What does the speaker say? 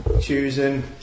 Choosing